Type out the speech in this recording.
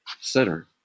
center